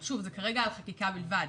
אבל שוב, זה כרגע על חקיקה בלבד.